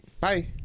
bye